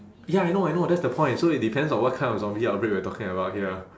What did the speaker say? ya I know I know that's the point so it depends on what kind of zombie outbreak we're talking about here